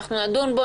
נדון בו,